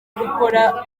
gukora